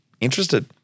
interested